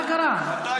אמסלם,